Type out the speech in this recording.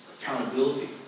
accountability